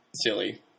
silly